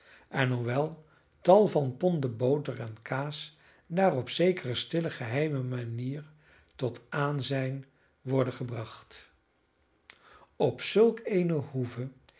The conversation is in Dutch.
en hoewel tal van ponden boter en kaas daar op zekere stille geheime manier tot aanzijn worden gebracht op zulk eene hoeve